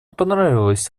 понравилась